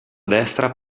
destra